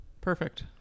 perfect